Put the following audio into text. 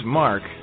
mark